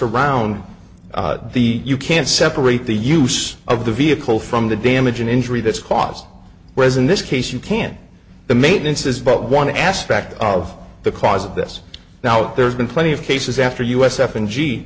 around the you can't separate the use of the vehicle from the damage an injury that's caused whereas in this case you can't the maintenance is but one aspect of the cause of this now there's been plenty of cases after us f and g